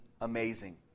amazing